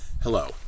Hello